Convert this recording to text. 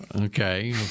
Okay